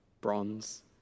bronze